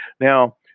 Now